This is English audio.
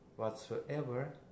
Whatsoever